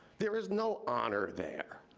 there is no honor there.